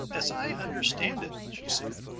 as i understand it, she said,